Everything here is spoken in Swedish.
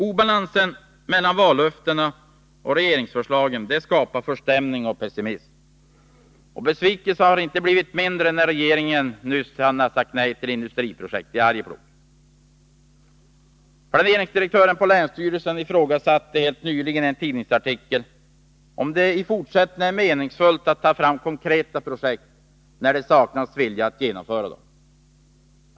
Obalansen mellan vallöftena och regeringsförslagen skapar förstämning och pessimism. Besvikelsen blev inte mindre när regeringen nyligen sade nej till industriprojekt i Arjeplog. Planeringsdirektören på länsstyrelsen i Norrbotten ifrågasatte i en tidningsartikel om det i fortsättningen är meningsfullt att ta fram konkreta projekt när det saknas vilja att genomföra dem.